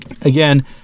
again